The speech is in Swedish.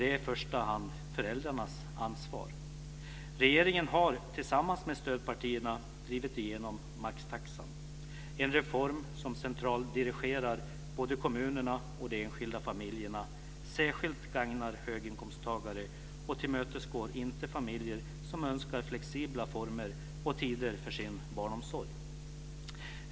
Det är i första hand föräldrarnas ansvar. Regeringen har, tillsammans med stödpartierna, drivit igenom maxtaxan, en reform som centraldirigerar både kommunerna och de enskilda familjerna, särskilt gagnar höginkomsttagare och inte tillmötesgår familjer som önskar flexibla former och tider för sin barnomsorg.